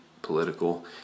political